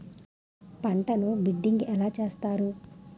పంటను బిడ్డింగ్ ఎలా చేస్తారు?